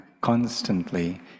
constantly